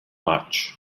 much